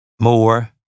more